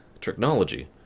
technology